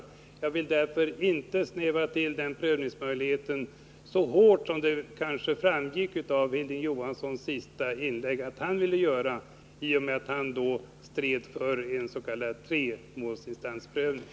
Men jag vill därför inte ”snäva till” den prövningsmöjligheten så hårt som Hilding Johansson, att döma av hans senaste inlägg, vill göra när han strider för en s.k. tremålsinstansprövning.